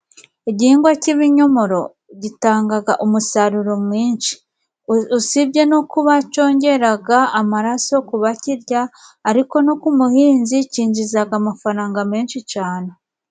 Igihingwa cy'ibinyomoro gitangaga umusaruro mwinshi, usibye no kuba cyongeraga amaraso ku bakirya, ariko no ku muhinzi cyinjizaga amafaranga menshi cane.